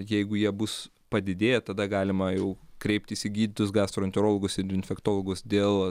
jeigu jie bus padidėję tada galima jau kreiptis į gydytojus gastroenterologus ir infektologus dėl